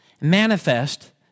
manifest